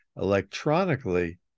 electronically